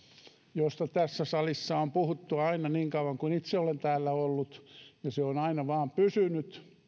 josta tässä salissa on puhuttu niin kauan kuin itse olen täällä ollut ja se on aina vain pysynyt